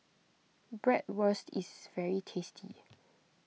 Bratwurst is very tasty